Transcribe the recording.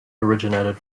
originated